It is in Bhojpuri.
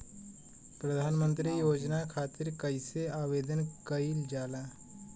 प्रधानमंत्री योजना खातिर कइसे आवेदन कइल जाला?